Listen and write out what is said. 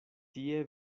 tie